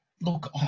look